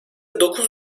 dokuz